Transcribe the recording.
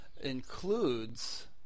includes